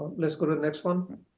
let's go to the next one.